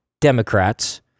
Democrats